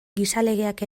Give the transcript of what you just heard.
gizalegeak